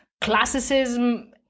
classicism